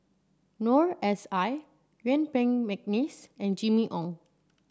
Noor S I Yuen Peng McNeice and Jimmy Ong